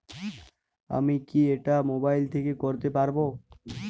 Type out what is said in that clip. আমি কি এটা মোবাইল থেকে করতে পারবো?